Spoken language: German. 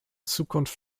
zukunft